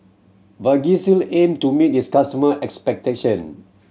Vagisil aim to meet its customer expectation